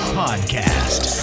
podcast